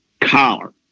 collar